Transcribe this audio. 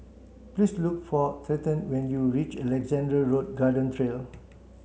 please look for Trenten when you reach Alexandra Road Garden Trail